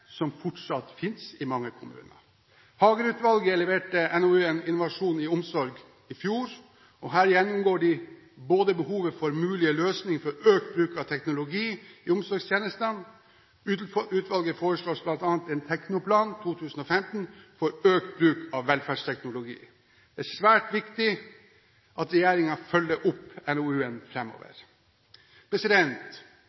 som fortsatt finnes i mange kommuner. Hagerup-utvalget leverte i fjor NOU-en Innovasjon i omsorg, og her gjennomgår de både behovet for og mulige løsninger for økt bruk av teknologi i omsorgstjenestene. Utvalget foreslår bl.a. en Teknoplan 2015 for økt bruk av velferdsteknologi. Det er svært viktig at regjeringen følger opp